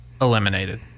eliminated